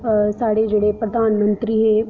साढ़े जेह्ड़े प्रधानमंत्री हे